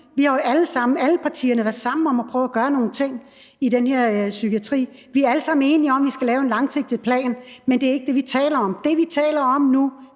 sammen, alle partierne, været sammen om at prøve at gøre nogle ting i den her psykiatri. Vi er alle sammen enige om, at vi skal lave en langsigtet plan, men det er ikke det, vi taler om. Det, vi taler om nu,